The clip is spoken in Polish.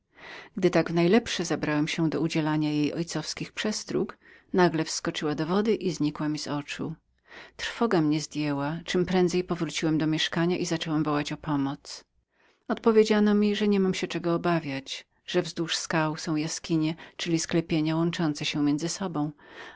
gdy tak w najlepsze zabrałem się do udzielania jej ojcowskich przestróg nagle ondyna wskoczyła do wody i znikła z moich oczu trwoga mnie zdjęła czemprędzej powróciłem do mieszkania i zacząłem wołać o pomoc odpowiedziano mi że niemiałem się czego obawiać że wzdłuż skał były jaskinie czyli sklepienia łączące się między sobą